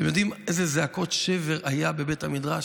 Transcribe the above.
אתם יודעים איזה זעקות שבר היו בבית המדרש?